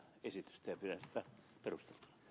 asian käsittely keskeytetään